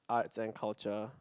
arts and culture